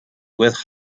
with